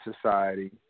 society